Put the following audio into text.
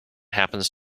happens